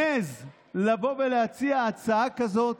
לא היה מעז לבוא ולהציע הצעה כזאת,